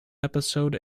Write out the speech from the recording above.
episode